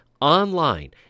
online